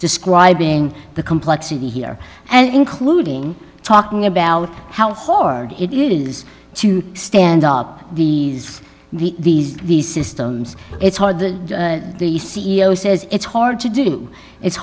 describing the complexity here and including talking about how hard it is to stand up the the these systems it's hard the c e o says it's hard to do it's